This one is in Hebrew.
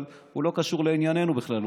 אבל הוא לא קשור לענייננו בכלל,